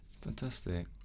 fantastic